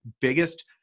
biggest